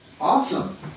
Awesome